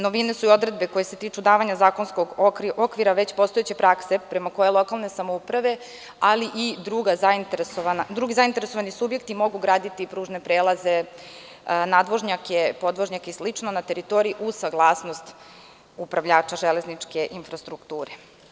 Novine su i odredbe koje se tiču davanja zakonskog okvira već postojeće prakse prema kojoj lokalne samouprave, ali i drugi zainteresovani subjekti mogu graditi i pružne prelaze, nadvožnjake, podvožnjake i slično na teritoriji uz saglasnost upravljača železničke infrastrukture.